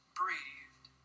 breathed